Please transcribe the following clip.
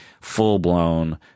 full-blown